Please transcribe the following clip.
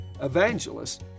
evangelists